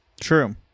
True